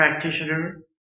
practitioner